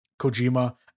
kojima